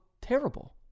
terrible